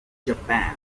japan